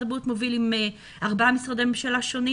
הבריאות מוביל עם ארבעה משרדי ממשלה שונים